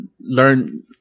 learn